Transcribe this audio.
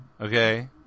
okay